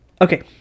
okay